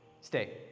stay